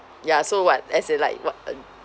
ya so what as in like what um